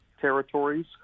territories